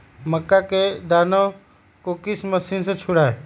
मक्का के दानो को किस मशीन से छुड़ाए?